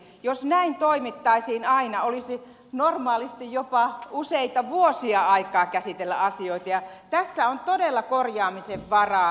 jos näin toimittaisiin aina olisi normaalisti jopa useita vuosia aikaa käsitellä asioita ja tässä on todella korjaamisen varaa